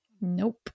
nope